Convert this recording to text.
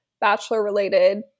Bachelor-related